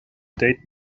date